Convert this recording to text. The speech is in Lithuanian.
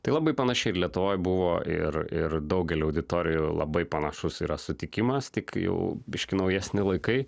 tai labai panašiai ir lietuvoj buvo ir ir daugelį auditorijų labai panašus yra sutikimas tik jau biškį naujesni laikai